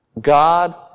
God